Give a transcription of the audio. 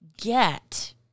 get